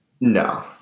No